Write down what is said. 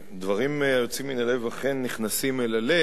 דברים היוצאים מן הלב אכן נכנסים אל הלב,